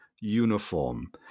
uniform